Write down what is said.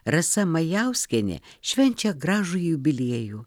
rasa majauskienė švenčia gražų jubiliejų